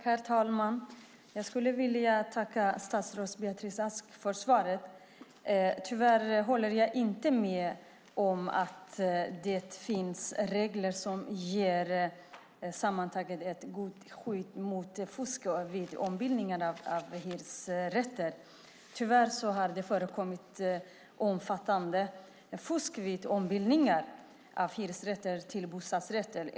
Herr talman! Jag skulle vilja tacka statsrådet Beatrice Ask för svaret. Tyvärr håller jag inte med om att det finns regler som sammantaget ger ett gott skydd mot fusk vid ombildningar av hyresrätter. Det har tyvärr förekommit omfattande fusk vid ombildningar av hyresrätter till bostadsrätter.